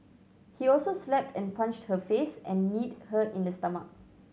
he also slapped and punched her face and kneed her in the stomach